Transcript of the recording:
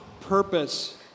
Purpose